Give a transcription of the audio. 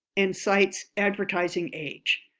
and cites advertising age,